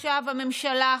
הממשלה,